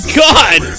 god